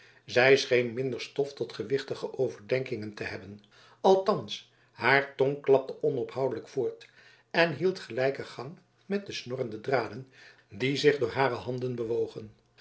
zij scheen minder stof tot gewichtige overdenkingen te hebben althans haar tong klapte onophoudelijk voort en hield gelijken gang met de snorrende draden die zich door hare handen bewogen